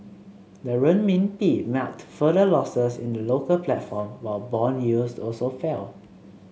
the Renminbi marked further losses in the local platform while bond yields also fell